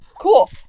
cool